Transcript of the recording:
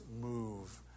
move